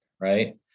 Right